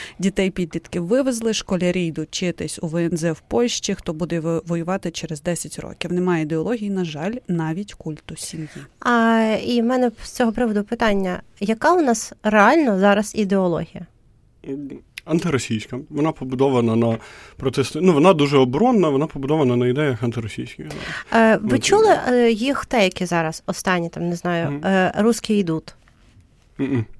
Дітей підлітків вивезли, школярі йдуть вчитись у ВНЗ в Польщі, хто буде ви- воювати через 10 років. Немає ідеології, на жаль, навіть культу сім'ї. А, і в мене з цього приводу питання. Яка у нас реально зараз ідеологія? Ем, антиросійська. Вона побудована на протесті- ну, вона дуже оборонна, вона побудована на ідеях антиросійських. Е, ви Ну, чули, так. е, їх те, які зараз останні, там, не знаю, Мгм. е, «Русські йдуть»? Мгм.